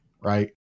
right